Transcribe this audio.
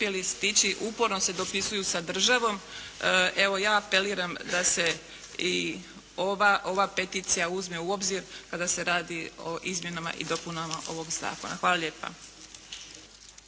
uporno se dopisuju sa državom evo ja apeliram da se i ova peticija uzme u obzir kada se radi o izmjenama i dopunama ovog zakona. Hvala lijepa.